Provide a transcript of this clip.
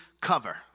cover